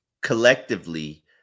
collectively